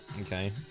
Okay